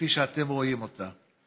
כפי שאתם רואים אותה.